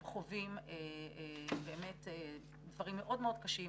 הם חווים דברים מאוד מאוד קשים,